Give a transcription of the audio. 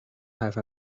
have